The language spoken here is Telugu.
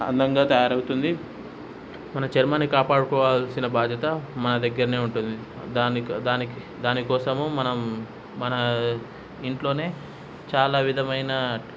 అందంగా తయారవుతుంది మన చర్మాన్ని కాపాడుకోవాల్సిన బాధ్యత మన దగ్గరనే ఉంటుంది దానికి దానికి దానికోసము మనం మన ఇంట్లోనే చాలా విధమైన